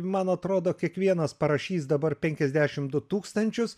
man atrodo kiekvienas parašys dabar penkiasdešim du tūkstančius